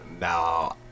No